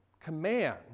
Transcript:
command